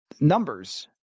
Numbers